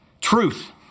truth